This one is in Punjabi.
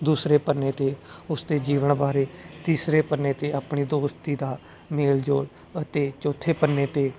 ਦੂਸਰੇ ਪੰਨੇ ਤੇ ਉਸਦੇ ਜੀਵਨ ਬਾਰੇ ਤੀਸਰੇ ਪੰਨੇ ਤੇ ਆਪਣੀ ਦੋਸਤੀ ਦਾ ਮੇਲ ਜੋਲ ਅਤੇ ਚੌਥੇ ਪੰਨੇ ਤੇ